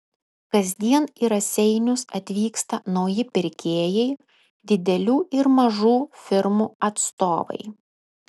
kasdien į raseinius atvyksta nauji pirkėjai didelių ir mažų firmų atstovai